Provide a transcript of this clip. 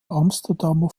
amsterdamer